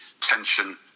tension